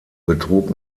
betrug